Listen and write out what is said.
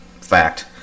fact